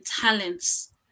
talents